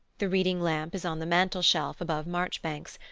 the reading lamp is on the mantelshelf above marchbanks,